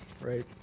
right